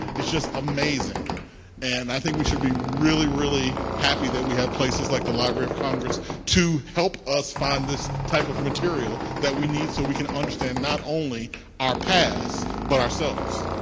it's just amazing and i think we should be really, really happy that we have places like the library of congress to help us find this type of material that we need so we can understand not only our past but ourselves.